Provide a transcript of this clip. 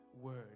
word